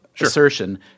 assertion